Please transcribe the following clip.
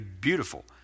beautiful